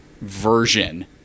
version